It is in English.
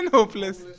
Hopeless